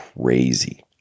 Crazy